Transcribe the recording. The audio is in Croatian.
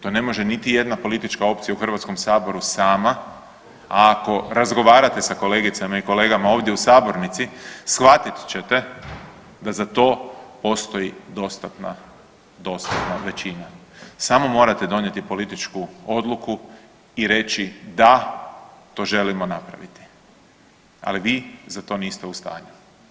To ne može niti jedna politička opcija u HS sama, a ako razgovarate sa kolegicama i kolegama ovdje u sabornici shvatit ćete da za to postoji dostatna, dostatna većina, samo morate donijeti političku odluku i reći da to želimo napraviti, ali vi za to niste u stanju.